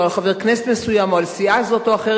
על חבר כנסת מסוים או על סיעה זו או אחרת,